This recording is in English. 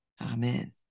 Amen